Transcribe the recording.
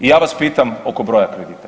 I ja vas pitam oko broja kredita.